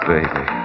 Baby